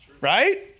Right